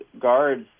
guards